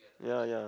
ya ya